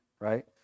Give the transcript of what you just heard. right